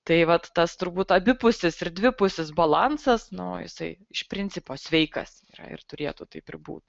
tai vat tas turbūt abi pusis ir dvipusis balansas nu jisai iš principo sveikas yra ir turėtų taip ir būt